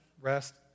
rest